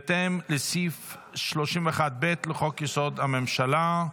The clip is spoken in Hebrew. בהתאם לסעיף 31(ב) לחוק-יסוד: הממשלה.